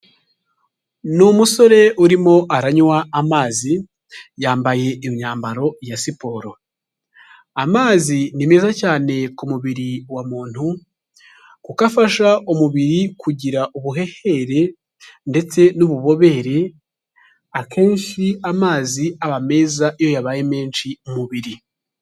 Ni umusore urimo aranywa amazi, yambaye imyambaro ya siporo, amazi ni meza cyane ku mubiri wa muntu kuko afasha umubiri kugira ubuhehere ndetse n'ububobere, akenshi amazi aba meza iyo yabaye menshi mu mubiri.